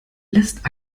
lässt